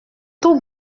tout